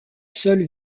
seule